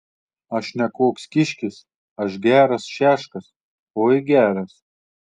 aš ne koks kiškis aš geras šeškas oi geras